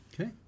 okay